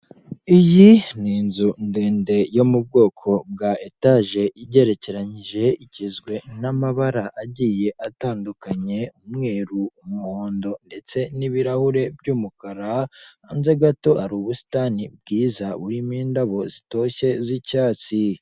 Iyi ni inzu ndende yo mu bwoko bwa etaje igerekeranyije, igizwe n'amabara agiye atandukanye umweru, umuhondo ndetse n'ibirahure by'umukara, hanze gato hari ubusitani bwiza buririmo indabo zitoshye z'icyatsi.